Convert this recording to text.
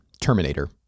Terminator